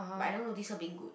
but I never notice her being good